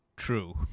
true